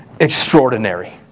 extraordinary